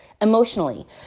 emotionally